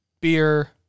beer